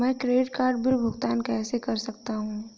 मैं credit card bill का भुगतान कैसे कर सकता हूं?